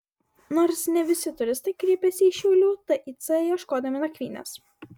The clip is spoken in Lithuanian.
nors ne visi turistai kreipiasi į šiaulių tic ieškodami nakvynės